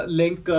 link